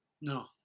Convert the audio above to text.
no